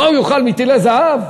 מה, הוא יאכל מטילי זהב?